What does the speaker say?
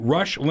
Rush